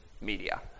media